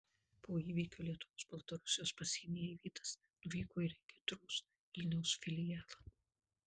po įvykio lietuvos baltarusijos pasienyje eivydas nuvyko į regitros vilniaus filialą